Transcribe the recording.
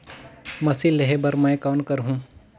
Machine लेहे बर मै कौन करहूं?